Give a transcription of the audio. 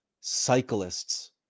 cyclists